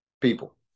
people